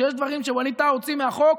שיש דברים שווליד טאהא הוציא מהחוק,